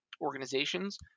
organizations